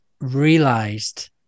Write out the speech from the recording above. realized